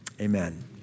Amen